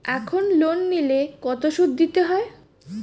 এখন লোন নিলে কত সুদ দিতে হয়?